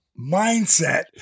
Mindset